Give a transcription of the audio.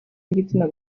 n’igitsina